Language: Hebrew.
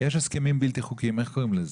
יש הסכמים בלתי חוקיים, איך קוראים לזה?